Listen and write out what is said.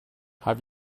have